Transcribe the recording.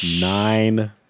nine